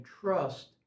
trust